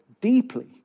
deeply